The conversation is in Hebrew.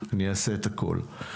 אני אעשה את הכול.